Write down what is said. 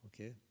Okay